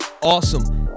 awesome